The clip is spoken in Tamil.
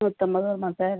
நூற்றைம்பது வருமா சார்